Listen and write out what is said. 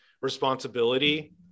responsibility